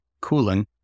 cooling